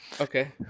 Okay